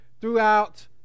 throughout